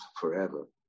forever